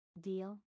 Deal